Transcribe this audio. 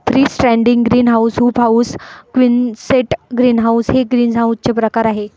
free standing greenhouse, hoop house, quonset greenhouse हे ग्रीनहाऊसचे प्रकार आहे